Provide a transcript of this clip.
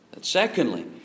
Secondly